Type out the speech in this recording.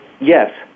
Yes